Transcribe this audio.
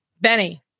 Benny